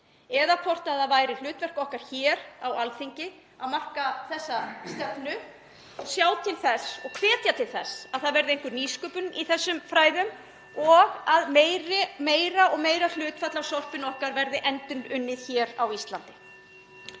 eða hvort það sé hlutverk okkar hér á Alþingi að marka þessa stefnu og sjá til þess (Forseti hringir.) og hvetja til þess að það verði einhver nýsköpun í þessum fræðum og að meira og meira hlutfall af sorpinu okkar verði endurunnið hér á Íslandi.